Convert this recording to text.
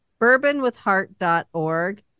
Bourbonwithheart.org